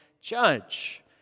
judge